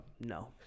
no